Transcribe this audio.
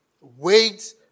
Wait